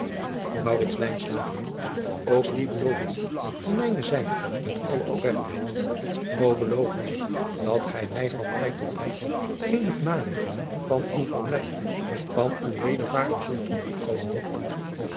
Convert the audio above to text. ook die beloof ik u van adriaan loosjes pzn het leven van maurits lijnslager mijne zijde met alle opregtheid o beloof mij dat gij mij van tijd tot tijd eenig narigt van uw verblijf van uw wedervaren zult doen toekomen